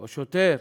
או שוטר,